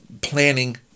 planning